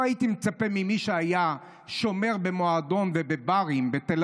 לא הייתי מצפה ממי שהיה שומר במועדון ובברים בתל